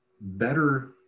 better